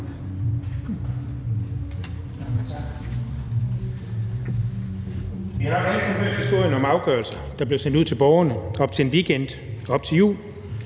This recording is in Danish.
Vi har nok alle sammen hørt historierne om afgørelser, der bliver sendt ud til borgere op til en weekend eller op til jul.